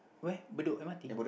where Bedok-M_R_T